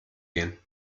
gehen